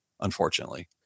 unfortunately